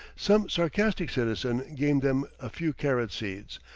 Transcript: some sarcastic citizen gave them a few carrot-seeds,